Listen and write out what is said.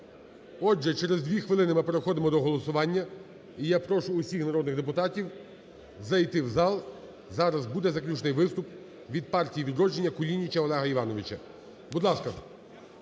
Отже. Через дві хвилини ми переходимо до голосування, і я прошу усіх народних депутатів зайти в зал, зараз буде заключний виступ від партії "Відродження" Кулініча Олега Івановича. Будь ласка.